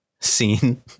scene